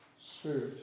Spirit